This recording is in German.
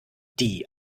die